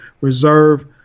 reserve